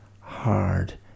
hard